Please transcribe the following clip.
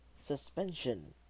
suspension